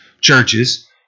churches